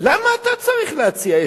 למה אתה צריך להציע?